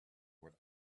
what